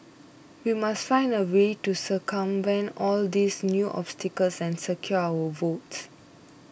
we must find a way to circumvent all these new obstacles and secure our votes